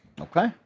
Okay